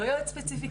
לא יועץ ספציפית,